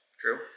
True